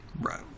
Right